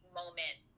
moment